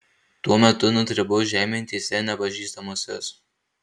tuo metu nudribau žemėn tiesiai ant nepažįstamosios